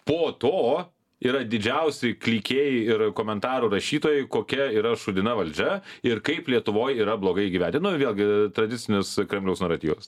po to yra didžiausi klikėjai ir komentarų rašytojai kokia yra šūdina valdžia ir kaip lietuvoj yra blogai gyventi nu ir vėlgi tradicinis kremliaus naratyvas